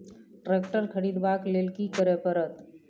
Tractor खरीदबाक लेल की करय परत?